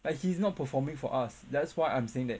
like he's not performing for us that's why I'm saying that